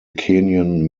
kenyan